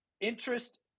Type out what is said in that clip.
interest